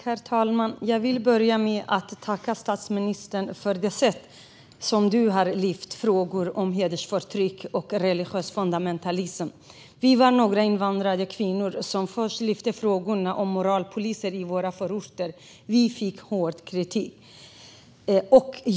Herr talman! Jag vill börja med att tacka dig, statsministern, för det sätt på vilket du har lyft frågor om hedersförtryck och religiös fundamentalism. Vi var några invandrarkvinnor som först lyfte frågan om moralpoliser i våra förorter. Vi fick hård kritik.